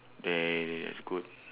there is good